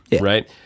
Right